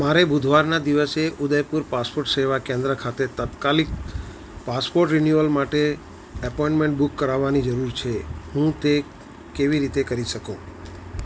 મારે બુધવારના દિવસે ઉદયપુર પાસપોર્ટ સેવા કેન્દ્ર ખાતે તાત્કાલિક પાસપોર્ટ રીન્યુઅલ માટે એપોઇન્ટમેન્ટ બુક કરાવવાની જરૂર છે હું તે કેવી રીતે કરી શકું